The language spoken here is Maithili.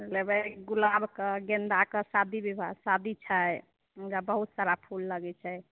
लेबै गुलाबके गेन्दाके शादी विवाह शादी छै बहुत सारा फुल लगै छै